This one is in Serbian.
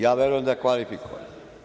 Ja verujem da je kvalifikovan.